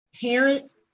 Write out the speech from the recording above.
Parents